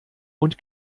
und